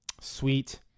sweet